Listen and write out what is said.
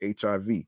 HIV